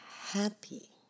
happy